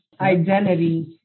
identity